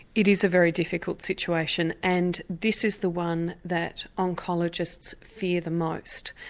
it is a very difficult situation, and this is the one that oncologists fear the most.